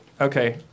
Okay